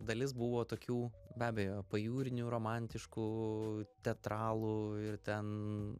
dalis buvo tokių be abejo pajūrinių romantiškų teatralų ir ten